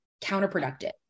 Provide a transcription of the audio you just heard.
counterproductive